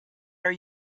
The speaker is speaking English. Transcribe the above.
are